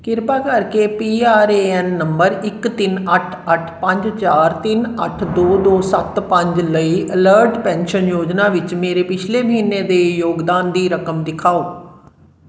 ਕਿਰਪਾ ਕਰਕੇ P R A N ਨੰਬਰ ਇੱਕ ਤਿੰਨ ਅੱਠ ਅੱਠ ਪੰਜ ਚਾਰ ਤਿੰਨ ਅੱਠ ਦੋ ਦੋ ਸੱਤ ਪੰਜ ਲਈ ਅਲਰਟ ਪੈਨਸ਼ਨ ਯੋਜਨਾ ਵਿੱਚ ਮੇਰੇ ਪਿਛਲੇ ਮਹੀਨੇ ਦੇ ਯੋਗਦਾਨ ਦੀ ਰਕਮ ਦਿਖਾਓ